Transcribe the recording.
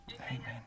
Amen